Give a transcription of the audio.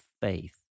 faith